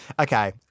okay